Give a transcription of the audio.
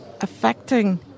affecting